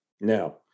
Now